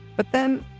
but then,